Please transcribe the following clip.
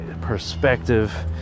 perspective